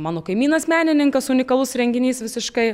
mano kaimynas menininkas unikalus renginys visiškai